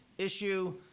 issue